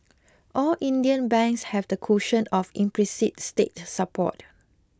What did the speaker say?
all Indian banks have the cushion of implicit state support